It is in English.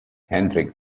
hendrik